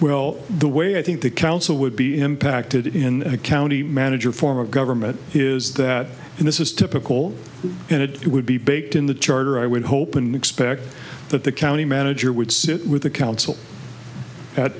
well the way i think the council would be impacted in a county manager form of government is that and this is typical in it would be baked in the charter i would hope and expect that the county manager would sit with the council